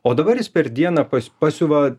o dabar jis per dieną pas pasiuva